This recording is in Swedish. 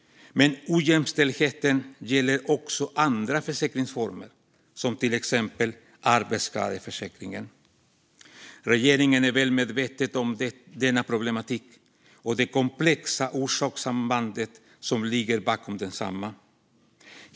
Men ojämställdheten gäller också andra försäkringsformer, till exempel arbetsskadeförsäkringen. Regeringen är väl medveten om denna problematik och det komplexa orsakssamband som ligger bakom densamma.